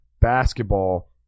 basketball